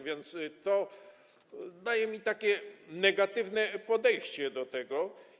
A więc to daje mi takie negatywne podejście do tego.